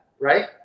right